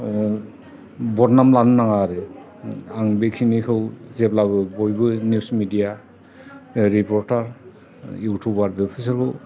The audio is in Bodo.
बदनाम लानो नाङा आरो आं बिखिनिखौ जेब्लाबो बयबो निउस मिदिया रिपर्टार इउटुबार बो बेसोरखौ